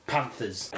Panthers